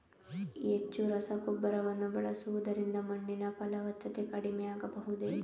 ಹೆಚ್ಚು ರಸಗೊಬ್ಬರವನ್ನು ಬಳಸುವುದರಿಂದ ಮಣ್ಣಿನ ಫಲವತ್ತತೆ ಕಡಿಮೆ ಆಗಬಹುದೇ?